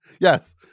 Yes